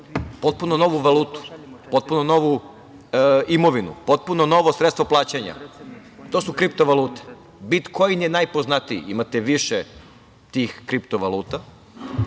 potpuno novu valutu, potpuno novu imovinu, potpuno novo sredstvo plaćanja. To su kripto valute. Bitkoin je najpoznatiji. Imate više tih kripto valuta